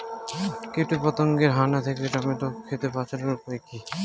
কীটপতঙ্গের হানা থেকে টমেটো ক্ষেত বাঁচানোর উপায় কি?